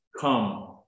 Come